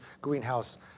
greenhouse